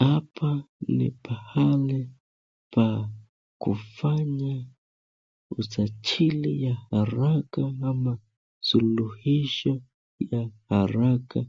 Hapa ni pahali pa kufanya usajili ya haraka ama sulihisho ya haraka